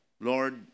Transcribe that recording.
Lord